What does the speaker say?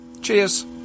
Cheers